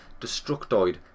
Destructoid